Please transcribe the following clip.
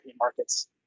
markets